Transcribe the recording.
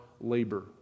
labor